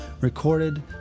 recorded